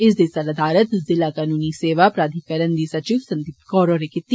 इसदी सदारत जिला कनून सेवा प्राधीकरण दी सचिव संदीप कोर होरें कीती